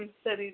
ಹ್ಞೂ ಸರಿ ಡಾಕ್ಟರ್